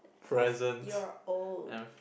cause you are old